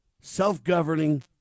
self-governing